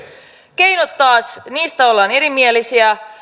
keinot taas niistä ollaan erimielisiä